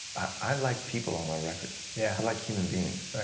i like people on my records, yeah i like human beings,